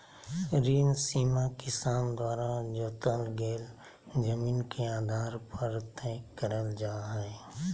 ऋण सीमा किसान द्वारा जोतल गेल जमीन के आधार पर तय करल जा हई